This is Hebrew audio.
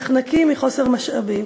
נחנקים מחוסר משאבים,